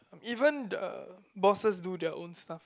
even the bosses do their own stuff